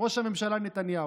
ראש הממשלה נתניהו.